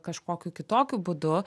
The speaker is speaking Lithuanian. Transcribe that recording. kažkokiu kitokiu būdu